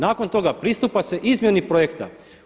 Nakon toga pristupa se izmjeni projekta.